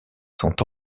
sont